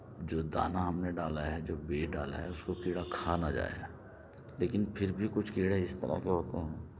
جو دانہ ہم نے ڈالا ہے جو بیج ڈالا ہے اُس کو کیڑا کھا نہ جائے لیکن پھر بھی کچھ کیڑے اِس طرح کے ہوتے ہیں